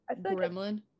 gremlin